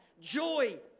Joy